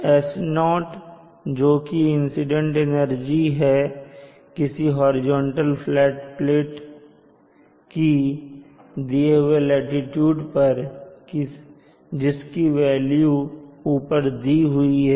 H0 जो कि incident energy है किसी हॉरिजॉन्टल फ्लैट प्लेट की दिए हुए लाटीट्यूड पर जिसकी वेल्यू ऊपर दी हुई है